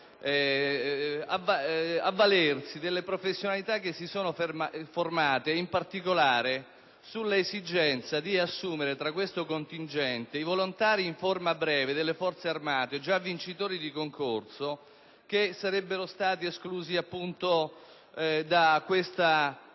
avvalersi delle professionalità che si sono già formate. In particolare, vi è l'esigenza di assumere, in questo contingente, i volontari in ferma breve delle Forze armate già vincitori di concorso, che sarebbero stati esclusi dal bando che